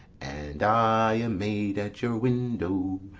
and i a maid at your window,